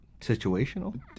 situational